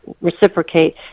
reciprocate